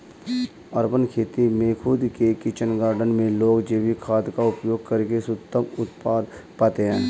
urban खेती में खुद के किचन गार्डन में लोग जैविक खाद का उपयोग करके शुद्धतम उत्पाद पाते हैं